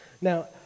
Now